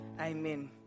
Amen